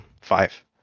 five